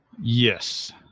Yes